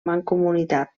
mancomunitat